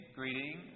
greeting